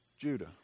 Judah